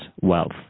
wealth